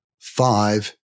Five